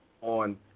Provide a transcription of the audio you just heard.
on